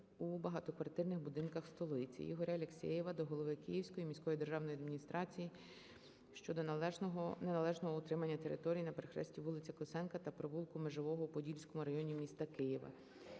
у багатоквартирних будинках столиці. Ігоря Алексєєва до голови Київської міської державної адміністрації щодо неналежного утримання території на перехресті вулиці Косенка та провулку Межового у Подільському районі міста Києва.